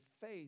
faith